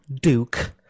Duke